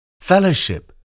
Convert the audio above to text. fellowship